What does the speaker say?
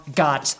got